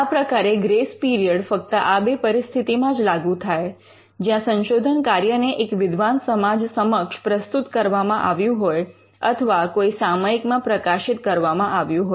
આ પ્રકારે grace period ફક્ત આ બે પરિસ્થિતિમાં જ લાગુ થાય જ્યાં સંશોધન કાર્યને એક વિદ્વાન સમાજ સમક્ષ પ્રસ્તુત કરવામાં આવ્યું હોય અથવા કોઈ સામયિકમાં પ્રકાશિત કરવામાં આવ્યું હોય